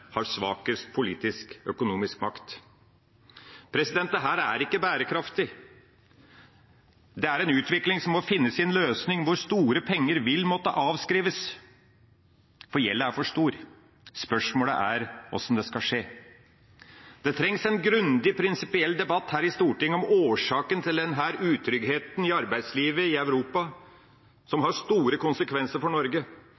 har svakest politisk/økonomisk makt. Dette er ikke bærekraftig. Det er en utvikling som må finne sin løsning, hvor store penger vil måtte avskrives, for gjelda er for stor. Spørsmålet er hvordan det skal skje. Det trengs en grundig prinsipiell debatt her i Stortinget om årsaken til denne utryggheten i arbeidslivet i Europa, som har store konsekvenser for Norge.